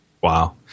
Wow